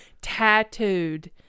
tattooed